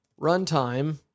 runtime